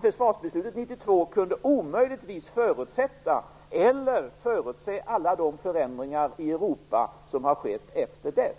Försvarsbeslutet 1992 kunde omöjligen förutsätta eller förutse alla de förändringar i Europa som har skett efter dess.